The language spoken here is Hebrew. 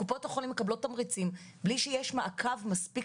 קופות החולים מקבלות תמריצים בלי שיש מעקב מספיק